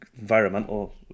environmental